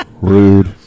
Rude